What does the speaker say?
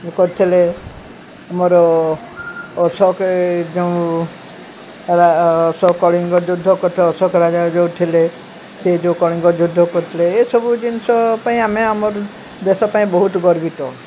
କରିଥିଲେ ଆମର ଅଶୋକ ଯୋଉଁ ଅଶୋକ କଳିଙ୍ଗ ଯୁଦ୍ଧ କରିଥିଲେ ଅଶୋକ ରାଜା ଯେଉଁ ଥିଲେ ସେ ଯେଉଁ କଳିଙ୍ଗ ଯୁଦ୍ଧ କରଥିଲେ ଏସବୁ ଜିନିଷ ପାଇଁ ଆମେ ଆମର ଦେଶ ପାଇଁ ବହୁତ ଗର୍ବିତ